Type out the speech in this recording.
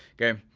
okay.